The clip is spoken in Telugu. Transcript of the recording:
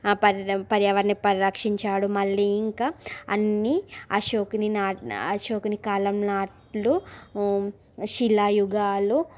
పర్య పర్యావరణం పరిరక్షించాడు మళ్లీ ఇంకా అన్నీ అశోకుని నా అశోకుని కాలం నాట్లు శిలాయుగాలు